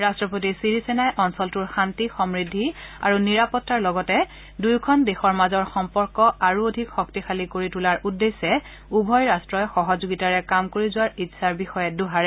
ৰট্টপতি চিৰিসেনাই অঞ্চলটোৰ শান্তি সমৃদ্ধি আৰু নিৰাপত্তাৰ লগতে দুয়োখন দেশৰ মাজৰ সম্পৰ্ক আৰু অধিক শক্তিশালী কৰি তোলাৰ উদ্দেশ্যে উভয় ৰাষ্টই সহযোগিতাৰে কাম কৰি যোৱাৰ ইচ্ছাৰ বিষয়ে দোহাৰে